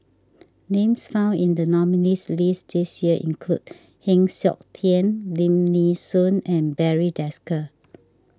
names found in the nominees' list this year include Heng Siok Tian Lim Nee Soon and Barry Desker